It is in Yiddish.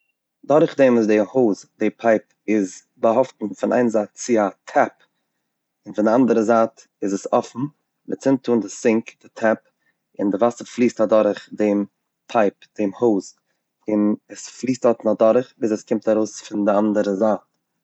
דורך דעם וואס די האוז, די פייפ איז באהאפטן פון איין זייט צו א טעפ, פון די אנדערע זייט איז עס אפן, מען צינדט אן די סינק, טעפ און די וואסער פליסט אדורך דעם פייפ, דעם האוז און עס פליסט דארט אדורך ביז עס קומט ארויס פון די אנדערע זייט.